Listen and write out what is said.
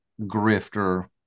grifter